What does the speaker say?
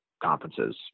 conferences